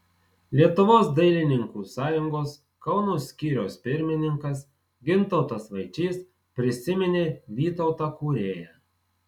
lietuvos dailininkų sąjungos kauno skyriaus pirmininkas gintautas vaičys prisiminė vytautą kūrėją